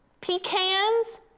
pecans